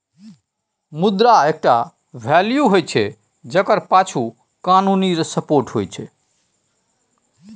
मुद्रा एकटा वैल्यू होइ छै जकर पाछु कानुनी सपोर्ट होइ छै